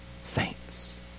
saints